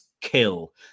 kill